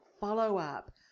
follow-up